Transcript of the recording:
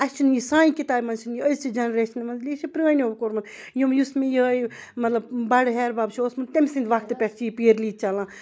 اَسہِ چھُنہٕ یہِ سانہِ کِتاب منٛز چھِنہٕ یہِ أزچہِ جَںریشنہِ منٛز یہِ چھِ پرٛٲنیو کوٚرمُت یِم یُس نہٕ مےٚ یِہٕے مطلب بَڑٕ ہٮ۪ہَر باب چھُ اوسمُت تٔمۍ سٕنٛدۍ وقتہٕ پٮ۪ٹھ چھِ یہِ پیٖرلی چَلان